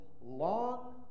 Long